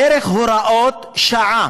דרך הוראות שעה,